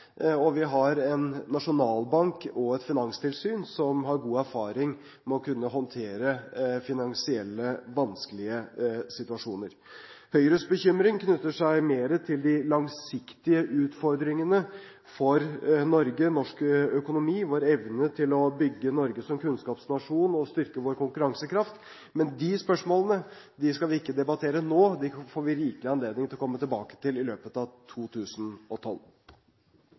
og vi har en nasjonalbank og et finanstilsyn som har god erfaring med å kunne håndtere finansielt vanskelige situasjoner. Høyres bekymring knytter seg mer til de langsiktige utfordringene for Norge, norsk økonomi og vår evne til å bygge Norge som kunnskapsnasjon og styrke vår konkurransekraft. Men de spørsmålene skal vi ikke debattere nå, dem får vi rikelig anledning til å komme tilbake til i løpet av 2012.